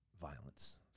violence